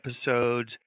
episodes